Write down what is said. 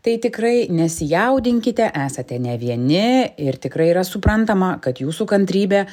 tai tikrai nesijaudinkite esate ne vieni ir tikrai yra suprantama kad jūsų kantrybė